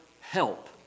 help